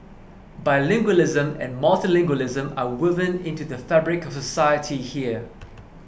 bilingualism and multilingualism are woven into the fabric of society here